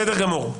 בסדר גמור.